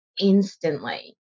instantly